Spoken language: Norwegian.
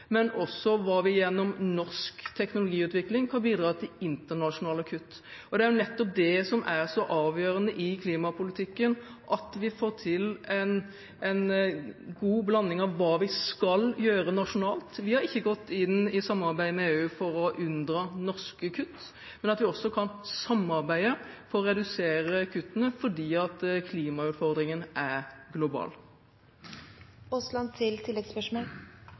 men også hva vi gjennom norsk teknologiutvikling kan bidra til av internasjonale kutt. Det er nettopp det som er så avgjørende i klimapolitikken, at vi får til en god blanding av hva vi skal gjøre nasjonalt. Vi har ikke gått inn i et samarbeid med EU for å unndra norske kutt, men vi kan samarbeide for å redusere kuttene, fordi klimautfordringene er globale. Jeg deler statsrådens oppfatning av at når forhandlingene er